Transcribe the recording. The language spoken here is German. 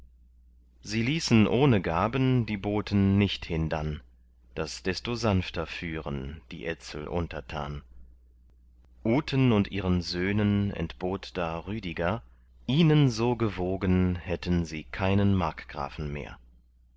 sie ließen ohne gaben die boten nicht hindann daß desto sanfter führen die etzeln untertan uten und ihren söhnen entbot da rüdiger ihnen so gewogen hätten sie keinen markgrafen mehr